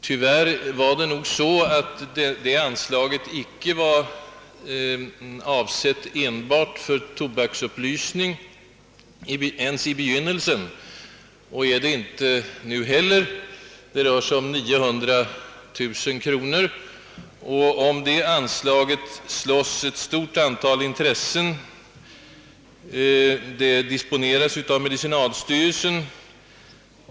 Tyvärr var det nog så, att detta anslag icke var avsett enbart för »tobaksupplysning» ens i begynnelsen. Det är det i varje fall inte nu. Anslaget rör sig f. n. om 900 000 kronor. Och om detta anslag slåss företrädare för ett stort antal hälsofrämjande intressen. Anslaget disponeras av medicinalstyrelsen.